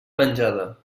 menjada